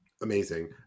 amazing